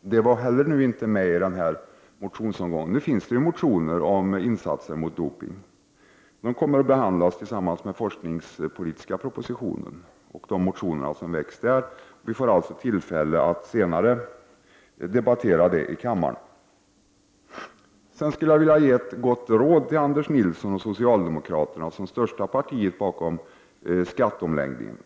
denna fråga inte fanns med i den här motionsomgången. Men det finns motioner om insatser mot doping. Dessa motioner kommer att behandlas i samband med behandlingen av den forskningspolitiska propositionen och de motioner som väcks med anledning av den. Vi får alltså tillfälle att senare debattera denna fråga i kammaren. Jag vill ge Anders Nilsson och övriga socialdemokrater ett gott råd, eftersom det socialdemokratiska partiet är det största partiet som står bakom skatteomläggningen.